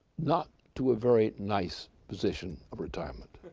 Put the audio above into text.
not to a very nice position of retirement.